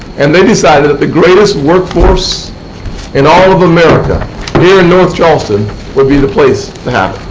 and they decided that the greatest workforce in all of america here in north charleston would be the place to have